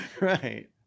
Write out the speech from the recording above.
Right